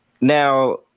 now